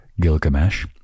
Gilgamesh